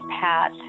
pat